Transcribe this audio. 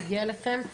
היא הגיעה אליכם.